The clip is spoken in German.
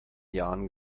jahren